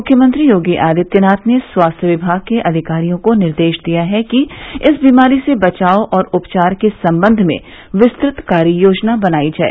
मुख्यमंत्री योगी आदित्यनाथ ने स्वास्थ्य विभाग के अधिकारियों को निर्देश दिया है कि इस बीमारी से बचाव और उपचार के सम्बन्ध में विस्तृत कार्ययोजना बनायी जाए